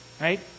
right